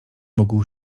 mógł